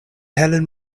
helene